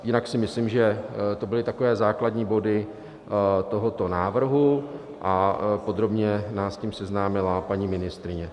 Jinak si myslím, že to byly takové základní body tohoto návrhu, a podrobně nás s tím seznámila paní ministryně.